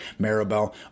Maribel